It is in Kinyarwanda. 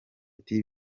ati